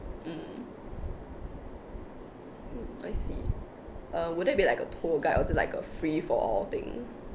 mm mm I see uh would it be like a tour guide or just like a free for all thing